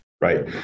right